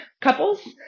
couples